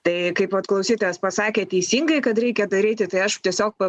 tai kaip vat klausytojas pasakė teisingai kad reikia daryti tai aš tiesiog va